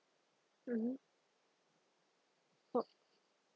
mmhmm for